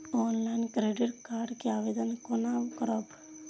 Online credit card के आवेदन कोना करब?